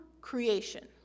creation